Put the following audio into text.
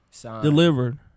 delivered